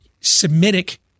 Semitic